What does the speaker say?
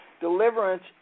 Deliverance